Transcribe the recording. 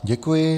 Děkuji.